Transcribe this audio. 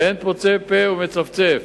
ואין פוצה פה ומצפצף.